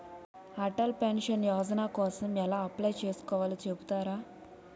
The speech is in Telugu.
అటల్ పెన్షన్ యోజన కోసం ఎలా అప్లయ్ చేసుకోవాలో చెపుతారా?